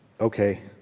Okay